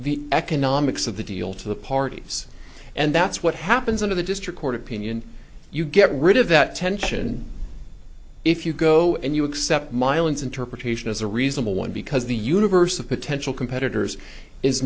the economics of the deal to the parties and that's what happens under the district court opinion you get rid of that tension if you go and you accept mylan interpretation is a reasonable one because the universe of potential competitors is